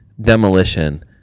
demolition